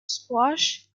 squash